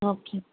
okay